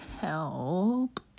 help